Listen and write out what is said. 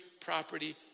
property